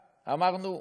אמרנו,